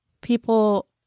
People